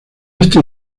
este